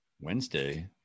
wednesday